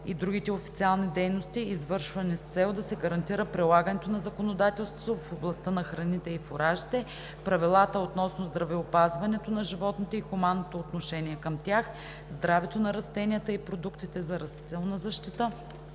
и другите официални дейности, извършвани с цел да се гарантира прилагането на законодателството в областта на храните и фуражите, правилата относно здравеопазването на животните и хуманното отношение към тях, здравето на растенията и продуктите за растителна защита,